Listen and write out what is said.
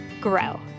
grow